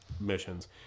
Missions